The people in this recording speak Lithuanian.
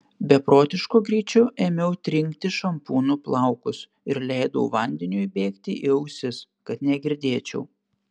beprotišku greičiu ėmiau trinkti šampūnu plaukus ir leidau vandeniui bėgti į ausis kad negirdėčiau